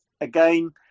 again